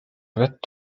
vett